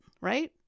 right